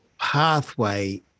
pathway